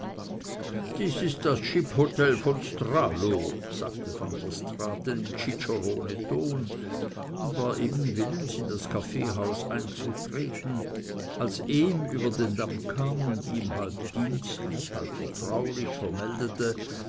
dies ist das ship hotel von stralow sagte van der straaten im ciceroneton und war eben willens in das kaffeehaus einzutreten als ehm über den damm kam und ihm halb dienstlich halb vertraulich vermeldete